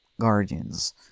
Guardians